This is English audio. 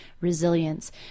resilience